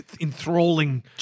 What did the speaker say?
enthralling